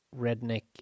redneck